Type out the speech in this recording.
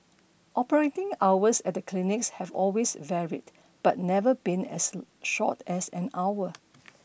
operating hours at the clinics have always varied but never been as short as an hour